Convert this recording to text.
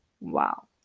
Wow